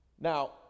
Now